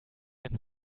ein